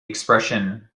expression